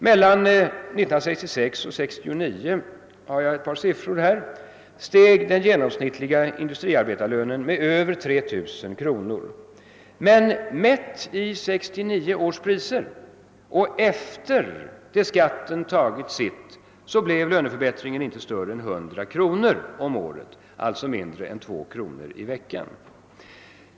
Mellan 1966 och 1969 steg t.ex. den genomsnittliga industriarbetarlönen med över 3 000 kronor. Mätt i 1969 års priser och efter det skatten tagit sitt blev löneförbättringen inte större än 100 kronor om året — mindre än 2 kronor i veckan.